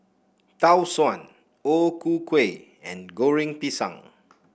Tau Suan O Ku Kueh and Goreng Pisang